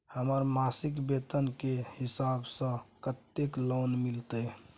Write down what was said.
हमर मासिक वेतन के हिसाब स कत्ते लोन मिलते?